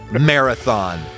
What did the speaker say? Marathon